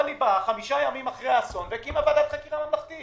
אבל היא באה חמישה ימים אחרי האסון והקימה ועדת חקירה ממלכתית